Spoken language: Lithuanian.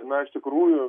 na iš tikrųjų